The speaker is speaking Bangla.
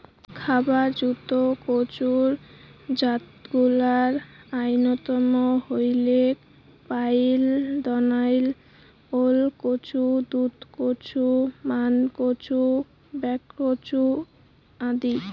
খাবার জুত কচুর জাতগুলার অইন্যতম হইলেক পাইদনাইল, ওলকচু, দুধকচু, মানকচু, বাক্সকচু আদি